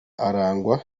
arangwa